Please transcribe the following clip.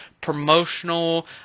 promotional